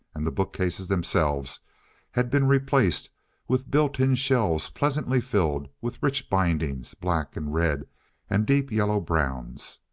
and the bookcases themselves had been replaced with built-in shelves pleasantly filled with rich bindings, black and red and deep yellow-browns.